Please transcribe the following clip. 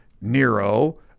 Nero